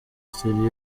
studio